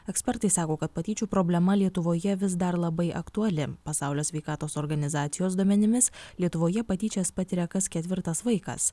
ekspertai sako kad patyčių problema lietuvoje vis dar labai aktuali pasaulio sveikatos organizacijos duomenimis lietuvoje patyčias patiria kas ketvirtas vaikas